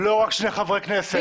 לא רק שני חברי כנסת.